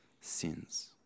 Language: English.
sins